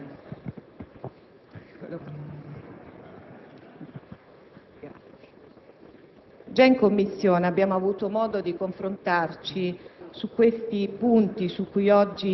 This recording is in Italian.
Signor Presidente, già in Commissione ci siamo confrontati su